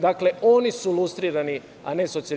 Dakle, oni su lustrirani, a ne SPS.